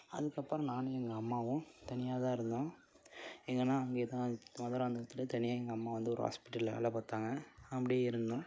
அதுக்கப்புறம் நானும் எங்கள் அம்மாவும் தனியாக தான் இருந்தோம் எங்கேன்னா அங்கேயே தான் மதுராந்தகத்திலையே தனியாக எங்கள் அம்மா வந்து ஒரு ஹாஸ்பிட்டல் வேலை பார்த்தாங்க அப்படியே இருந்தோம்